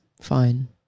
fine